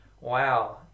wow